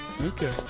Okay